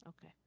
Okay